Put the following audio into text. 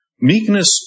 Meekness